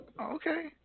Okay